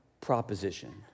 proposition